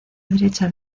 derecha